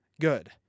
good